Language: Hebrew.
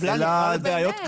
נו, באמת.